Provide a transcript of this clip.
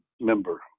member